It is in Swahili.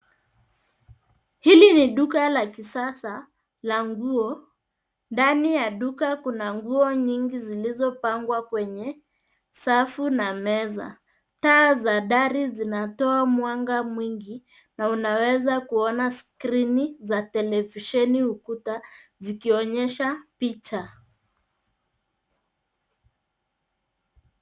Hili ni duka la kisasa la nguo. Ndani ya duka kuna nguo nyingi zilizopangwa kwenye safu na meza. Taa za dari zinatoa mwanga mwingi, na unaweza kuona skrini za televisheni ukuta zikionyesha picha.